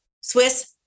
Swiss